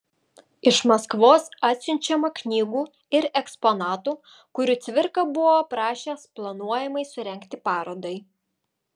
iš maskvos atsiunčiama knygų ir eksponatų kurių cvirka buvo prašęs planuojamai surengti parodai